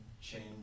change